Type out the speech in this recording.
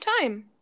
time